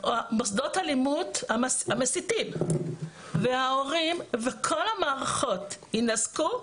או מוסדות הלימוד המסיתים וההורים וכל המערכות יינזקו,